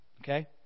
Okay